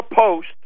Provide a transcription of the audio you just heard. post